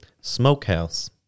smokehouse